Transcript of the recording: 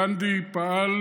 גנדי פעל